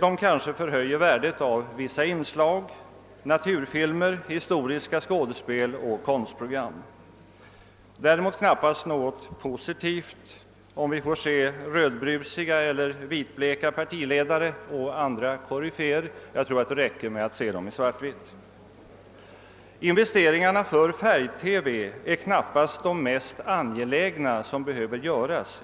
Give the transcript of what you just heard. Det kanske förhöjer värdet av vissa inslag såsom naturfilmer, historiska skådespel och konstprogram. Däremot är det knappast något positivt om vi får se rödbrusiga eller vitbleka partiledare eller andra koryféer i färg. Jag tror att svart-vitt räcker. Investeringar för färg-TV är knappast det mest angelägna